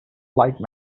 like